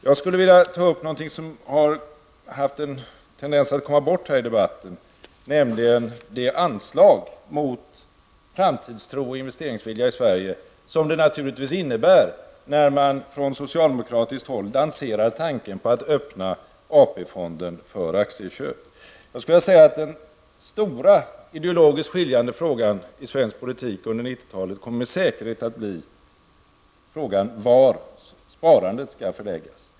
Jag skulle vilja ta upp någonting som haft en tendens att komma bort i den här debatten, nämligen de anslag mot framtidstro och investeringsvilja i Sverige som det naturligtvis innebär när man från socialdemokratiskt håll lanserar tanken på att öppna AP-fonden för aktieköp. Jag skulle vilja säga att den stora ideologiskt skiljande frågan i svensk politik under 1990-talet med säkerhet kommer att bli var sparandet skall ligga.